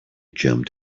jumped